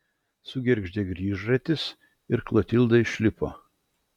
sugergždė grįžratis ir klotilda išlipo